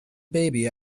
baby